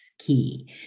key